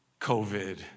COVID